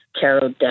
Carol